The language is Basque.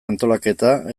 antolaketa